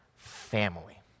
family